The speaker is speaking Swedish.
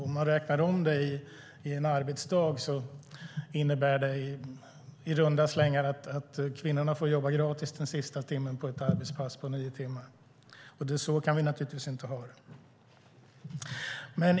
Om man räknar om det till arbetsdagar innebär det i runda slängar att kvinnorna får jobba gratis den sista timmen på ett arbetspass på nio timmar. Så kan vi naturligtvis inte ha det.